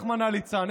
רחמנא ליצלן.